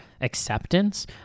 acceptance